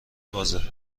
بازه